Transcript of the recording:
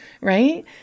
right